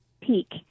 peak